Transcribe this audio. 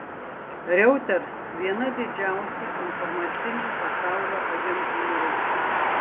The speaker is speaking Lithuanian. reuters viena didžiausių informacinių pasaulio agentūrų